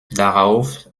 darauf